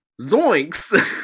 zoinks